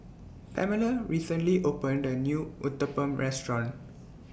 Pamella recently opened A New Uthapam Restaurant